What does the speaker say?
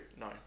No